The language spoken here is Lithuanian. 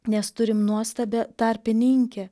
nes turim nuostabią tarpininkę